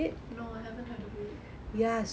no I haven't heard of it